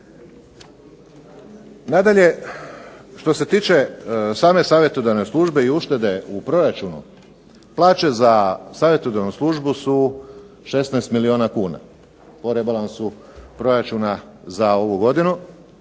Nadalje što se tiče same savjetodavne službe i uštede u proračunu, plaće za savjetodavnu službu su 16 milijuna kuna, po rebalansu proračuna za ovu godinu,